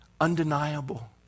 undeniable